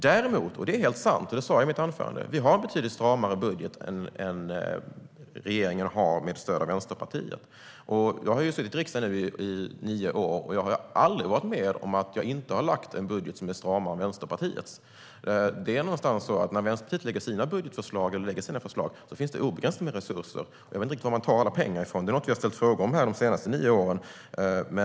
Däremot, vilket är helt sant, och det sa jag också i mitt anförande, har vi en betydligt stramare budget än vad regeringen har med stöd av Vänsterpartiet. Jag har suttit i riksdagen i nio år, och jag har aldrig varit med om att lägga en budget som inte är stramare än Vänsterpartiets. När Vänsterpartiet lägger fram sina förslag finns det obegränsat med resurser. Jag vet inte riktigt var man tar alla pengar från. Vi har ställt frågor om det de senaste nio åren.